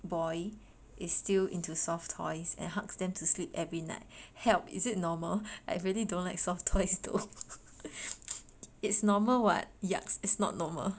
boy is still into soft toys and hugs them to sleep every night help is it normal I really don't like soft toys though it's normal [what] yucks is not normal